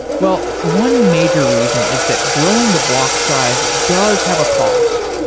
well, one major reason is that growing the block size does have a cost.